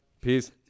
Peace